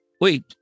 Wait